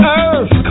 earth